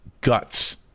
guts